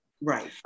Right